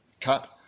cut